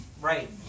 Right